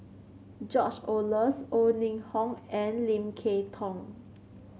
George Oehlers O Ning Hong and Lim Kay Tong